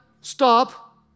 stop